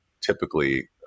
typically